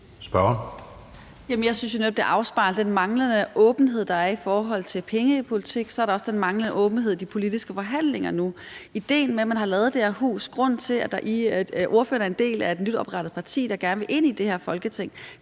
Jeg synes netop, det afspejler den manglede åbenhed, der i forhold til pengepolitik, for så er der også den manglede åbenhed i de politiske forhandlinger nu. Idéen med, at man har lavet det her hus – ordføreren er en del af et nyoprettet parti, der gerne ville ind i det her Folketing